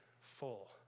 full